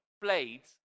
blades